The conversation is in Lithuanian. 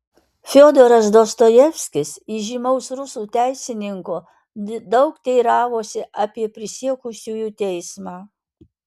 fiodoras dostojevskis įžymaus rusų teisininko daug teiravosi apie prisiekusiųjų teismą